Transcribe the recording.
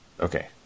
okay